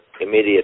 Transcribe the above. immediate